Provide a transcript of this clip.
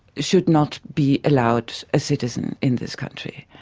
should not be allowed a citizen in this country.